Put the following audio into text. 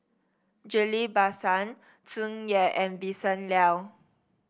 Ghillie Basan Tsung Yeh and Vincent Leow